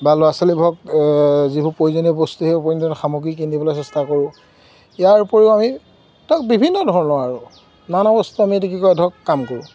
বা ল'ৰা ছোৱালীবোৰক যিবোৰ প্ৰয়োজনীয় বস্তু সেই প্ৰয়োজনীয় সামগ্ৰী কিনি দিবলৈ চেষ্টা কৰোঁ ইয়াৰ উপৰিও আমি তাক বিভিন্ন ধৰণৰ আৰু নানা বস্তু আমি এতিয়া কি কয় ধৰক কাম কৰোঁ